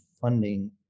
funding